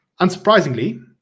Unsurprisingly